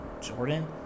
Jordan